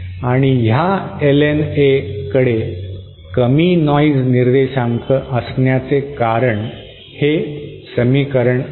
आणि या LNA कडे कमी नॉइज निर्देशांक असण्याचे कारण हे समीकरण आहे